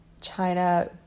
China